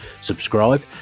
subscribe